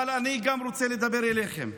אבל אני גם רוצה לדבר אליכם.